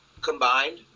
combined